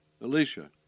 Alicia